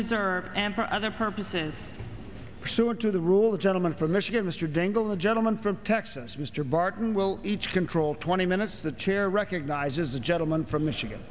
reserve and for other purposes pursuant to the rule the gentleman from michigan mr dingell the gentleman from texas mr barton will each control twenty minutes the chair recognizes the gentleman from michigan